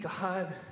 God